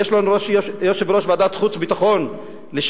יש לנו יושב-ראש ועדת חוץ וביטחון לשעבר,